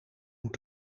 moet